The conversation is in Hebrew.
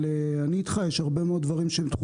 אבל אני איתך, יש הרבה מאוד דברים שהם דחופים.